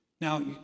Now